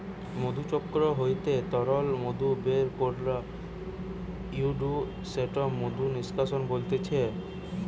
মধুচক্র হইতে তরল মধু বের করা হয়ঢু সেটা মধু নিষ্কাশন বলতিছে